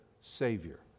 Savior